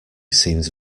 seems